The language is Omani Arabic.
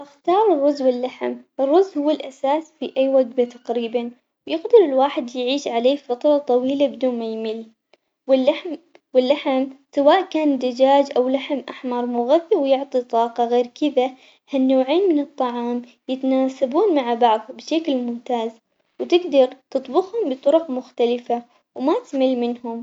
أختار الرز واللحم، الرز هو الأساس في أي وجبة تقريباً يقدر الواحد يعيش عليه فترة طويلة بدون ما يمل، واللحم واللحم سواء كان دجاج أو لحم أحمر مغذي ويعطي طاقة غير كذا هالنوعين من الطعام يتناسبون مع بعضهم بشكل ممتاز، وتقدر تطبخهم بطرق مختلفة وما تمل منهم.